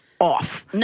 Off